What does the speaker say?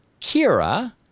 Kira